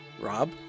Rob